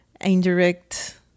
indirect